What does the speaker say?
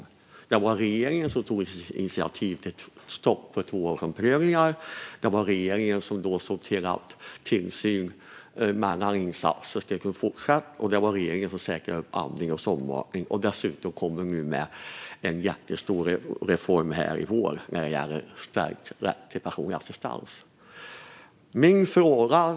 Det var regeringen som tog initiativ till stopp för tvåårsomprövningar. Det var regeringen som såg till att tillsyn mellan insatser skulle kunna fortsätta, och det var regeringen som säkrade upp när det gäller andning och sondmatning. Dessutom kommer en jättestor reform i vår när det gäller stärkt rätt till personlig assistans. Fru talman!